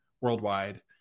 worldwide